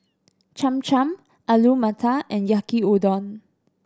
Cham Cham Alu Matar and Yaki Udon